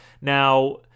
now